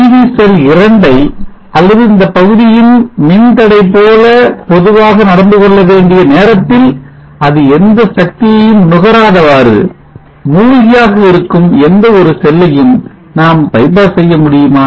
PV cell 2 ஐ அல்லது இந்தப் பகுதியில் மின்தடையை போல பொதுவாக நடந்து கொள்ள வேண்டிய நேரத்தில் அது எந்த சக்தியையும் நுகராதவாறு மூழ்கியாக இருக்கும் எந்தவொரு செல்லையும் நாம் பைபாஸ் செய்ய முடியுமா